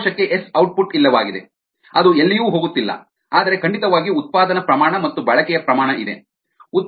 ಕೋಶಕ್ಕೆ S output ಇಲ್ಲವಾಗಿದೆ ಅದು ಎಲ್ಲಿಯೂ ಹೋಗುತ್ತಿಲ್ಲ ಆದರೆ ಖಂಡಿತವಾಗಿಯೂ ಉತ್ಪಾದನಾ ಪ್ರಮಾಣ ಮತ್ತು ಬಳಕೆಯ ಪ್ರಮಾಣ ಇದೆ